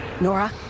Nora